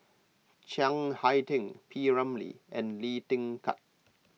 Chiang Hai Ding P Ramlee and Lee Kin Tat